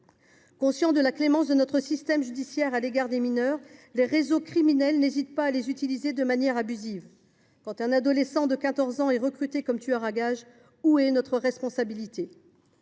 Conscients de la clémence de notre système judiciaire à l’égard des mineurs, les réseaux criminels n’hésitent pas à les utiliser de manière abusive. Quand un adolescent de 15 ans est recruté comme tueur à gages, où est notre responsabilité ?